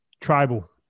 tribal